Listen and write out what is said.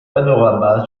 panorama